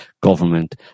government